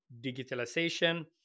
digitalization